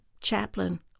Chaplain